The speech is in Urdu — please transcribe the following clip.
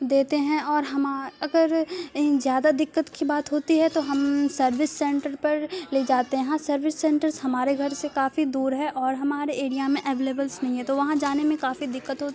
دیتے ہیں اور ہم اگر زیادہ دقت کی بات ہوتی ہے تو ہم سروس سینٹر پر لے جاتے ہیں ہاں سروس سینٹرس ہمارے گھر سے کافی دور ہے اور ہمارے ایریا میں اویلیبلس نہیں ہے تو وہاں جانے میں کافی دقت ہو